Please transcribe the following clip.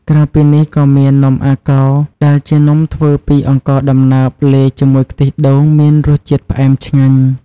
ក្រៅពីនេះ ក៏មាន នំអាកោ ដែលជានំធ្វើពីអង្ករដំណើបលាយជាមួយខ្ទិះដូងមានរសជាតិផ្អែមឆ្ងាញ់។